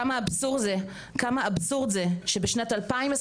כמה אבסורד זה, שבשנת 2023,